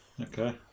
Okay